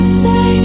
say